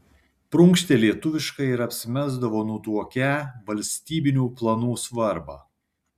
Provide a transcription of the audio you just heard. prunkštė lietuviškai ir apsimesdavo nutuokią valstybinių planų svarbą